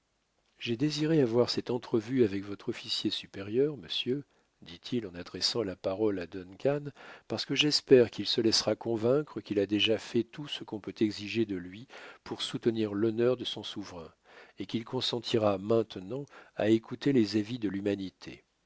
j'ai désiré avoir cette entrevue avec votre officier supérieur monsieur dit-il en adressant la parole à duncan parce que j'espère qu'il se laissera convaincre qu'il a déjà fait tout ce qu'on peut exiger de lui pour soutenir l'honneur de son souverain et qu'il consentira maintenant à écouter les avis de l'humanité